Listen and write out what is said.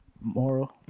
Moral